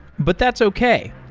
but that's okay.